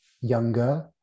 younger